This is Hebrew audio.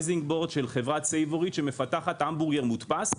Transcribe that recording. הייעוץ של חברה סייבורית שמפתחת המבורגר מודפס.